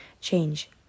change